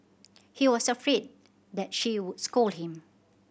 he was afraid that she would scold him